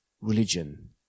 religion